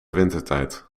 wintertijd